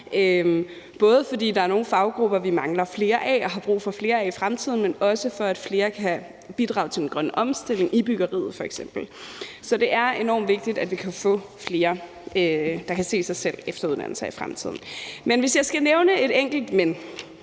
både fordi der er nogle faggrupper, hvor vi mangler folk og har brug for flere i fremtiden, men også, for at flere kan bidrage til den grønne omstilling i f.eks. byggeriet. Så det er enormt vigtigt, at vi kan få flere, der kan se sig selv efteruddanne sig i fremtiden. Men hvis jeg skal nævne et enkelt men,